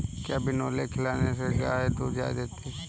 क्या बिनोले खिलाने से गाय दूध ज्यादा देती है?